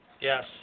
Yes